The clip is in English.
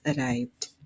arrived